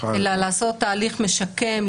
אלא לעשות תהליך משקם,